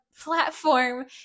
platform